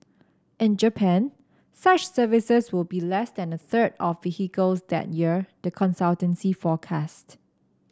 in Japan such services will be less than a third of vehicles that year the consultancy forecasts